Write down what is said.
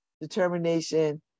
determination